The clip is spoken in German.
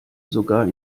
sogar